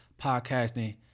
podcasting